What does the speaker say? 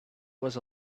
was